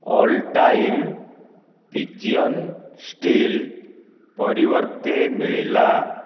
all time pigeon steel ପରିବର୍ତ୍ତେ ମିଳିଲା